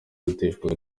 guteshwa